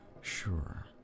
sure